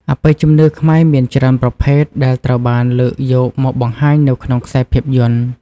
អបិយជំនឿខ្មែរមានច្រើនប្រភេទដែលត្រូវបានលើកយកមកបង្ហាញនៅក្នុងខ្សែភាពយន្ត។